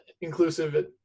inclusive